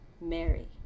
Mary